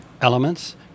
elements